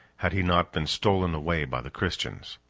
had he not been stolen away by the christians.